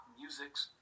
music's